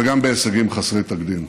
וגם בהישגים חסרי תקדים.